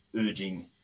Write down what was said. urging